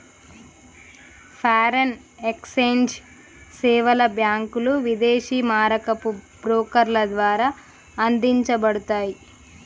foreign exchange సేవలు బ్యాంకులు, విదేశీ మారకపు బ్రోకర్ల ద్వారా అందించబడతయ్